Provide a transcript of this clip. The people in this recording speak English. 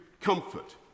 comfort